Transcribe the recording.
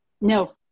no